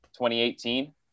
2018